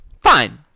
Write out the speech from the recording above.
Fine